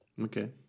Okay